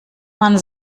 man